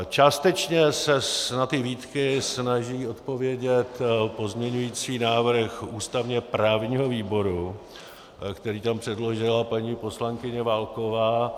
Částečně se na ty výtky snaží odpovědět pozměňující návrh ústavněprávního výboru, který tam předložila paní poslankyně Válková.